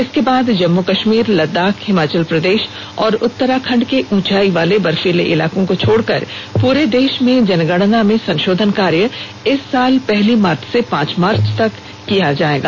इसके बाद जम्मू कश्मीर लद्दाख हिमाचल प्रदेश और उत्त राखंड के ऊंचाई वाले बर्फीले इलाकों को छोड़कर पूरे देश में जनगणना में संशोधन कार्य इस साल पहली मार्च से पांच मार्च तक किया जाएगा